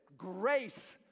Grace